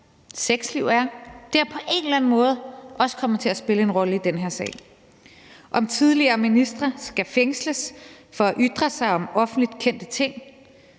sexliv er, er på en eller anden måde også kommet til at spille en rolle i den her sag. Dertil kommer også spørgsmål om, om tidligere ministre skal fængsles for at ytre sig om offentligt kendte ting;